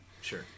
Sure